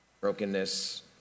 brokenness